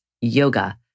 yoga